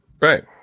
Right